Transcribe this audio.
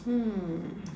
hmm